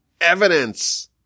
evidence